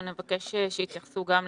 אנחנו נבקש שיתייחסו גם לזה.